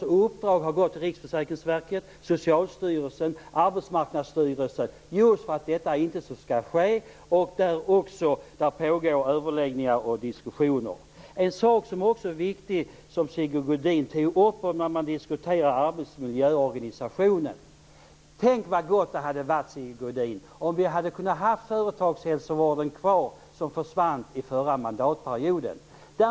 Uppdrag har gått till Riksförsäkringsverket, Socialstyrelsen och Arbetsmarknadsstyrelsen, just för att detta inte skall ske. Det pågår också överläggningar och diskussioner. Det är en sak som också är viktig, som Sigge Godin tog upp, när man diskuterar arbetsmiljöorganisationen. Tänk vad bra det hade varit, Sigge Godin, om vi hade kunnat ha företagshälsovården kvar. Den försvann i förra mandatperioden.